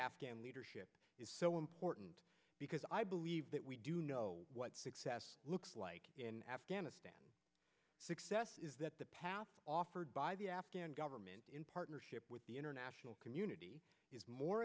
afghan leadership is so important because i believe that we do know what success looks like in afghanistan success is that the path offered by the afghan government in partnership with the international community is more